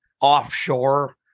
offshore